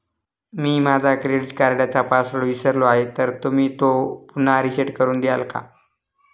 मी माझा क्रेडिट कार्डचा पासवर्ड विसरलो आहे तर तुम्ही तो पुन्हा रीसेट करून द्याल का?